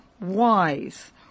wise